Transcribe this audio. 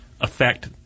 affect